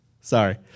sorry